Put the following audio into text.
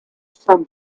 some